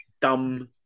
dumb